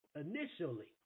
Initially